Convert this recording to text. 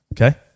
Okay